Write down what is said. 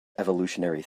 evolutionary